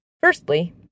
Firstly